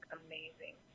amazing